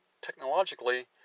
technologically